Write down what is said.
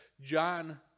John